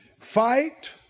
fight